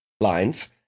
lines